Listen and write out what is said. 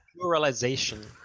pluralization